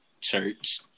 Church